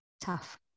tough